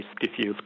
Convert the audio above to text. diffuse